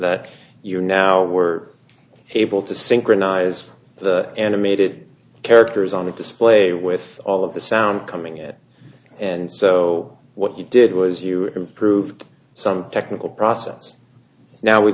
that you now were able to synchronize the animated characters on the display with all of the sounds coming in and so what you did was you improve some technical process now we